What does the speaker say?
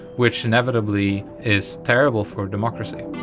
which inevitably is terrible for democracy.